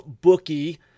bookie